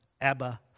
Abba